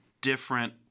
different